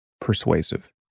persuasive